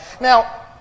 Now